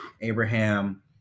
abraham